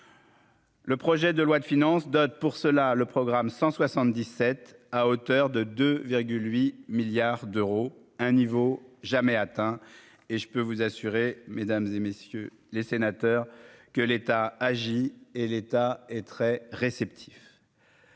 Le projet de loi de finances donne pour cela le programme 177 à hauteur de 2 8 milliards d'euros, un niveau jamais atteint et je peux vous assurer, Mesdames et messieurs les sénateurs, que l'État agit et l'État est très réceptif.